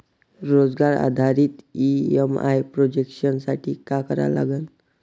रोजगार आधारित EMI projection साठी का करा लागन?